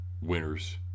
winners